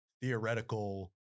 theoretical